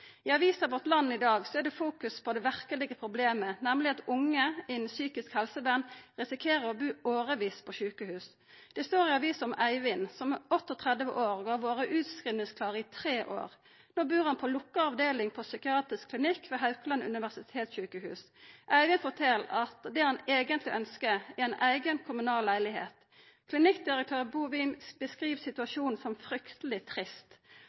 i dag ligg. I avisa Vårt Land i dag er det fokus på det verkelege problemet, nemleg at unge innan psykisk helsevern risikerer å bu årevis på sjukehus. Det står i avisa om Eivind, som er 38 år og har vore utskrivingsklar i tre år. No bur han på lukka avdeling på psykiatrisk klinikk ved Haukeland universitetssjukehus. Eivind fortel at det han eigentleg ønskjer, er ein eigen kommunal leilegheit. Klinikkdirektør Bovim beskriv situasjonen som frykteleg trist.